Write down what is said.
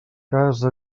casa